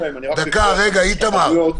דקה, רגע, איתמר.